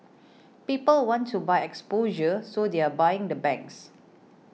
people want to buy exposure so they're buying the banks